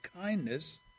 kindness